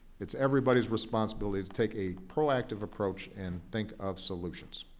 it's everybody's responsibility to take a proactive approach and think of solutions.